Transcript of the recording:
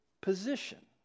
position